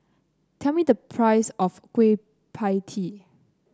tell me the price of Kueh Pie Tee